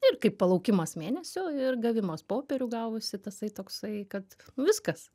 ir kaip palaukimas mėnesio ir gavimas popierių gavosi tasai toksai kad viskas